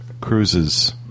cruises